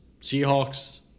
Seahawks